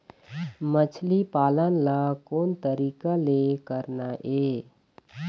मछली पालन ला कोन तरीका ले करना ये?